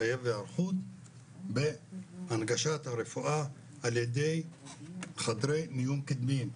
מחייב היערכות בהנגשת הרפואה על ידי חדרי מיון קדמיים,